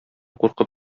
куркып